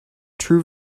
true